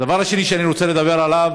דבר שני שאני רוצה לדבר עליו: